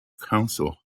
council